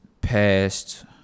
past